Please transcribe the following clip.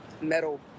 metal